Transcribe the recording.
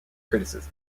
criticism